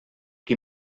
qui